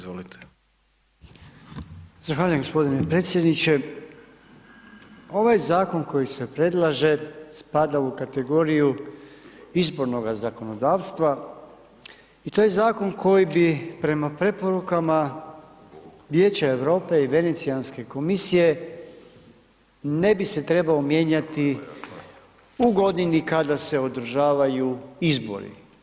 Zahvaljujem gospodine predsjedniče, ovaj zakon koji se predlaže spada u kategoriju izbornoga zakonodavstva i to je zakon koji bi prema preporukama Vijeća Europe i Venecijanske komisije ne bi se trebao mijenjati u godini kada se održavaju izbori.